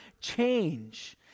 change